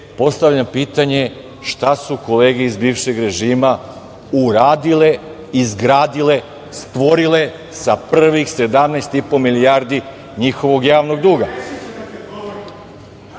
Postavljam pitanje šta su kolege iz bivšeg režima uradile, izgradile, stvorile sa prvih 17,5 milijardi njihovog javnog